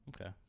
Okay